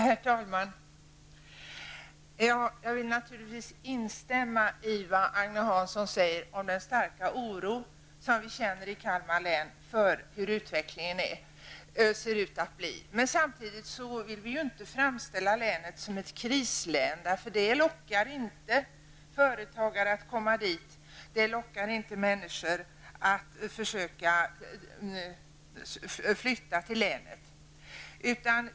Herr talman! Jag vill naturligtvis instämma i vad Agne Hansson sade om den starka oro som vi i Kalmar län känner för den framtida utvecklingen. Men vi vill samtidigt inte framställa länet som ett krislän. Det lockar inte företagare att komma dit. Det lockar inte människor att försöka flytta till länet.